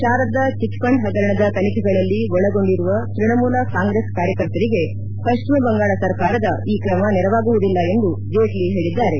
Sharada chit fund ಪಗರಣದ ತನಿಖೆಗಳಲ್ಲಿ ಒಳಗೊಂಡಿರುವ ತ್ಯಣಮೂಲ ಕಾಂಗ್ರೆಸ್ ಕಾರ್ಯಕರ್ತರಿಗೆ ಪಶ್ಚಿಮ ಬಂಗಾಳ ಸರ್ಕಾರದ ಈ ಕ್ರಮ ನೆರವಾಗುವುದಿಲ್ಲ ಎಂದು ಜೇಟ್ಲಿ ಹೇಳಿದ್ದಾರೆ